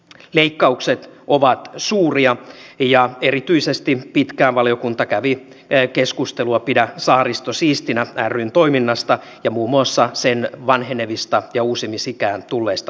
leikkaukset ovat suuria ja erityisesti pitkään valiokunta kävi keskustelua pidä saaristo siistinä ryn toiminnasta ja muun muassa sen vanhenevista ja uusimisikään tulleista huoltoaluksista